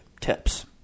tips